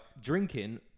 drinking